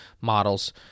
models